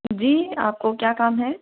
जी आपको क्या काम है